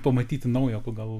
pamatyti naujo pagal